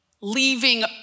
leaving